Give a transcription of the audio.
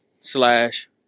slash